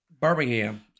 Birmingham